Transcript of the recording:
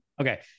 okay